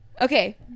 Okay